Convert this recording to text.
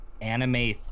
Anime